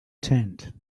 tent